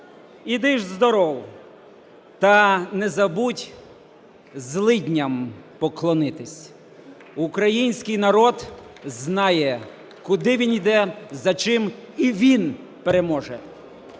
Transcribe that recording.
Іди ж здоров, та не забудь злидням поклонитись." Український народ знає, куди він іде, за чим, і він переможе.